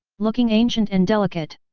looking ancient and delicate.